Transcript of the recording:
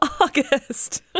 August